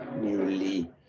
newly